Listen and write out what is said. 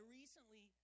recently